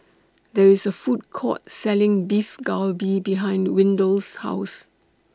There IS A Food Court Selling Beef Galbi behind Windell's House